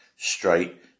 straight